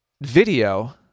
video